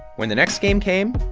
when the next game came,